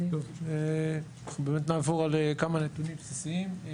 אנחנו נעבור על כמה נתונים בסיסיים.